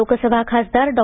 लोकसभा खासदार डॉ